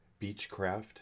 Beechcraft